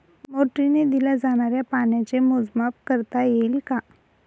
मोटरीने दिल्या जाणाऱ्या पाण्याचे मोजमाप करता येईल का?